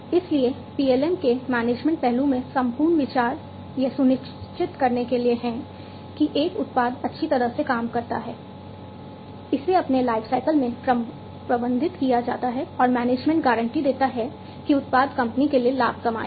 इसलिए PLM के management पहलू में संपूर्ण विचार यह सुनिश्चित करने के लिए है कि एक उत्पाद अच्छी तरह से काम करता है इसे अपने लाइफसाइकिल में प्रबंधित किया जाता है और मैनेजमेंट गारंटी देता है कि उत्पाद कंपनी के लिए लाभ कमाएगा